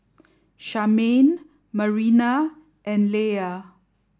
Charmaine Marina and Leia